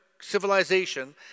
civilization